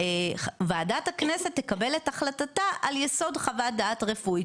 ועדת הכנסת תקבל את החלטתה על יסוד חוות דעת רפואית,